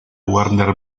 warner